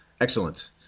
Excellent